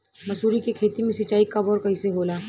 मसुरी के खेती में सिंचाई कब और कैसे होला?